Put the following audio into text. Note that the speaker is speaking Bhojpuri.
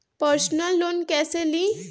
परसनल लोन कैसे ली?